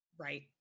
right